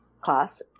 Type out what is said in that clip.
class